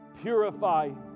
Purify